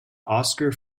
oscar